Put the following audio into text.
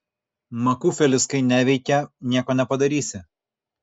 makufelis kai neveikia nieko nepadarysi